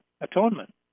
atonement